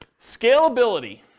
Scalability